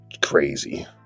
crazy